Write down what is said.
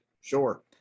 Sure